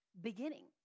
beginning